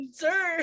sir